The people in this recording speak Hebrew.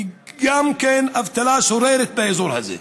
וגם אבטלה שוררת באזור הזה,